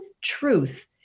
truth